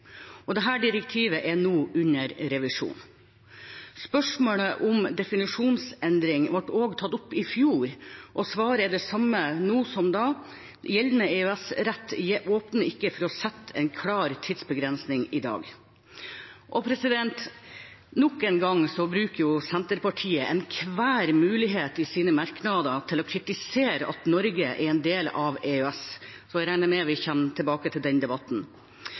direktivet er nå under revisjon. Spørsmålet om definisjonsendring ble også tatt opp i fjor, og svaret er det samme nå som da: Gjeldende EØS-rett åpner ikke for å sette en klar tidsbegrensning i dag. Nok en gang bruker Senterpartiet enhver mulighet i sine merknader til å kritisere at Norge er en del av EØS. Jeg regner med at vi kommer tilbake til den debatten.